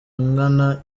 nkana